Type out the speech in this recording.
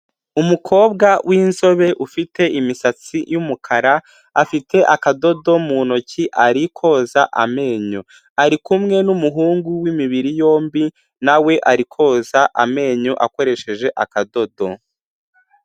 Umukobwa winzobe ufite imisatsi y'umukara, afite akadodo mu ntoki ari koza amenyo, ari kumwe n'umuhungu w'imibiri yombi na we ari koza amenyo akoresheje akadodo.